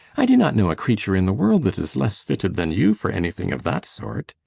i do not know a creature in the world that is less fitted than you for anything of that sort.